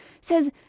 says